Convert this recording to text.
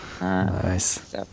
Nice